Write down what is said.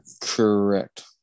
Correct